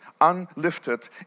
unlifted